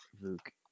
Luke